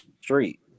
Street